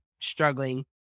struggling